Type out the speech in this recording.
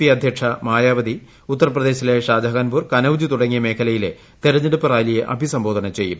P അധ്യക്ഷ മായാവതി ഉത്തർപ്രദേശിലെ ഷാജഹാൻപൂർ കനൌജ് തുടങ്ങിയ മേഖലയിലെ തിരഞ്ഞെടുപ്പ് റാലിയെ അഭിസംബോധന ചെയ്യും